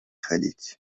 ходить